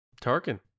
Tarkin